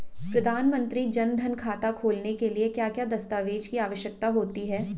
प्रधानमंत्री जन धन खाता खोलने के लिए क्या क्या दस्तावेज़ की आवश्यकता होती है?